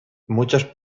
muchas